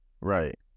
Right